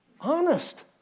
Honest